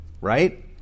right